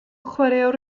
chwaraewr